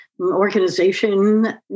organization